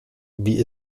wie